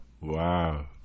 Wow